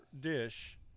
dish